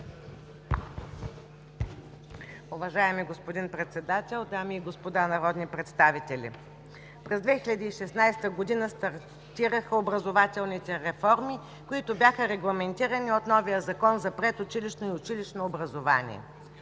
Уважаеми господин Председател, дами и господа народни представители! През 2016 г. стартираха образователните реформи, регламентирани от новия Закон за предучилищно и училищно образование.